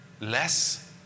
less